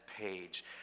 page